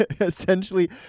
Essentially